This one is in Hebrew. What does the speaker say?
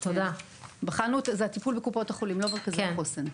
זה הטיפול בקופות החולים, לא במרכזי חוסן.